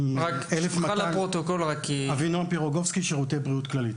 ראש שירותי הרפואה בשירותי בריאות כללית.